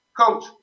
Coach